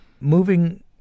Moving